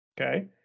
Okay